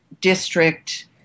district